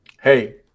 Hey